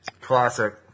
Classic